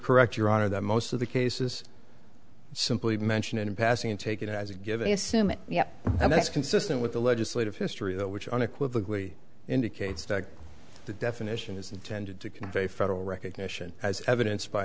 correct your honor that most of the cases simply mention in passing take it as a given assuming and that's consistent with the legislative history which unequivocally indicates that the definition is intended to convey federal recognition as evidenced by